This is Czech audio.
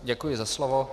Děkuji za slovo.